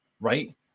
right